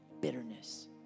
bitterness